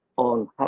on